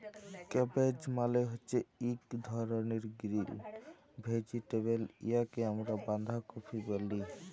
cabbage মালে হছে ইক ধরলের গিরিল ভেজিটেবল উয়াকে আমরা বাঁধাকফি ব্যলি